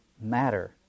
matter